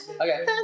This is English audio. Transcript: Okay